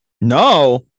no